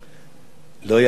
לא יעלה על הדעת